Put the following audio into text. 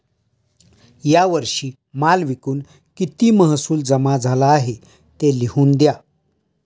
या वर्षी माल विकून किती महसूल जमा झाला आहे, ते लिहून द्या